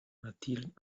mathilde